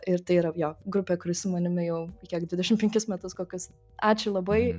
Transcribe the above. ir tai yra jo grupė kuri su manimi jau kiek dvidešim penkis metus kokius ačiū labai